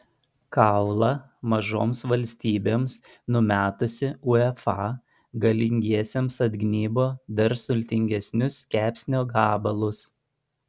kaulą mažoms valstybėms numetusi uefa galingiesiems atgnybo dar sultingesnius kepsnio gabalus